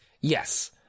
Yes